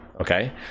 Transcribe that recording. Okay